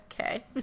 Okay